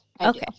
Okay